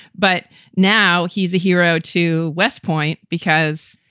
but now he's a hero to west point because,